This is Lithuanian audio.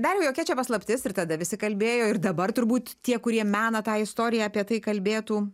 dariau kokia čia paslaptis ir tada visi kalbėjo ir dabar turbūt tie kurie mena tą istoriją apie tai kalbėtų